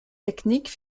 technique